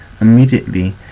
immediately